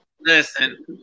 Listen